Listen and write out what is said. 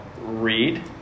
read